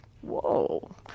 Whoa